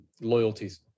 loyalties